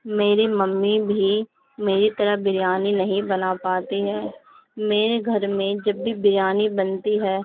میری ممی بھی میری طرح بریانی نہیں بنا پاتی ہیں میرے گھر میں جب بھی بریانی بنتی ہے